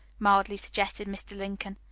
mildly suggested mr. lincoln,